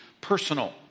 personal